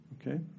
Okay